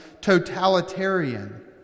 totalitarian